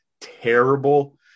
terrible